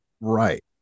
right